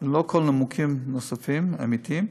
ללא כל נימוקים נוספים אמיתיים,